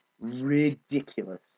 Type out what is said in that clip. ridiculous